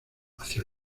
hacia